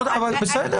בסדר.